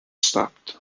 stopped